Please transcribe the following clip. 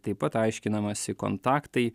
taip pat aiškinamasi kontaktai